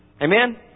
amen